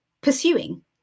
pursuing